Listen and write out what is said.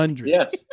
Yes